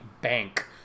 bank